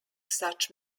such